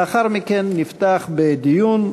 לאחר מכן נפתח בדיון.